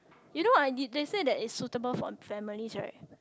you know what I did they say that it's suitable for families right